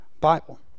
Bible